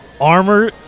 armor